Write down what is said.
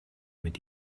mit